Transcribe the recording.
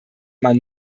man